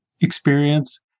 experience